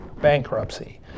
bankruptcy